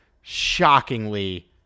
shockingly